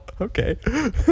okay